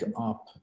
up